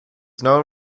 known